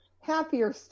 happier